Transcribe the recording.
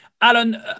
Alan